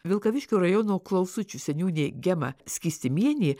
vilkaviškio rajono klausučių seniūnė gema skystimienė